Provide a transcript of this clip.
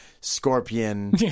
scorpion